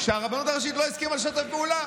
שהרבנות הראשית לא הסכימה לשתף פעולה.